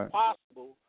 possible